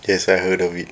yes I heard of it